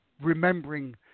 remembering